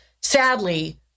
sadly